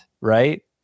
right